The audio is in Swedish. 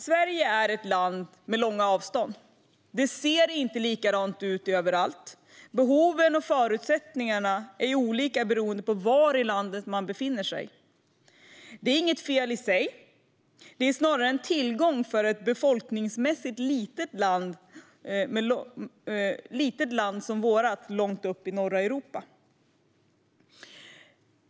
Sverige är ett stort land med långa avstånd. Det ser inte likadant ut överallt, utan behoven och förutsättningarna är olika beroende på var i landet man befinner sig. Detta är inget fel i sig utan snarare en tillgång för ett befolkningsmässigt litet land som vårt, långt uppe i norra Europa.